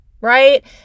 right